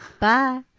Bye